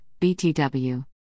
BTW